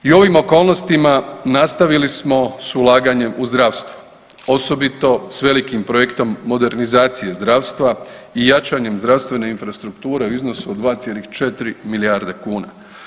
I u ovim okolnostima, nastavili smo s ulaganjem u zdravstvo, osobito s velikim projektom modernizacije zdravstva i jačanjem zdravstvene infrastrukture u iznosu od 2,4 milijarde kuna.